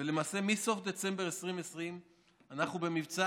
ולמעשה מסוף דצמבר 2020 אנחנו במבצע